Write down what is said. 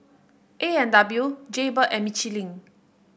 A and W Jaybird and Michelin